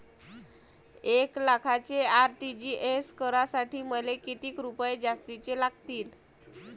एक लाखाचे आर.टी.जी.एस करासाठी मले कितीक रुपये जास्तीचे लागतीनं?